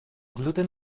gluten